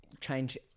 change